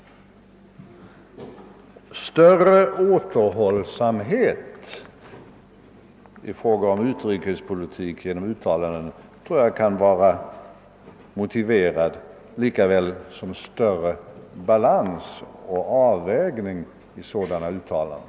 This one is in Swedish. Större återhållsamhet i fråga om kritiska utrikespolitiska uttalanden av denna art kan vara motiverad, lika väl som större balans och bättre avvägning i det som säges.